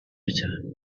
return